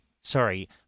sorry